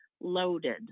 loaded